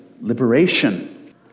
liberation